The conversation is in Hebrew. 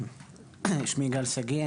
שמי גל שגיא,